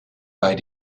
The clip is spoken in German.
bei